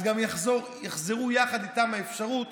אז תחזור יחד איתנו האפשרות